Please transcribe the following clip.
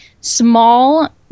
small